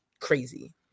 crazy